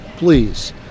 Please